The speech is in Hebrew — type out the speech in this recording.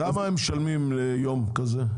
כמה הם משלמים ליום כזה?